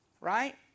right